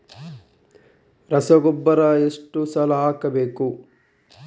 ರಸಗೊಬ್ಬರ ಎಷ್ಟು ಸಲ ಹಾಕಬೇಕು?